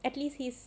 at least he is